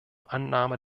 annahme